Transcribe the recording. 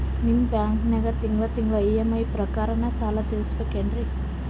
ನಿಮ್ಮ ಬ್ಯಾಂಕನಾಗ ತಿಂಗಳ ತಿಂಗಳ ಇ.ಎಂ.ಐ ಪ್ರಕಾರನ ಸಾಲ ತೀರಿಸಬೇಕೆನ್ರೀ?